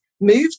moved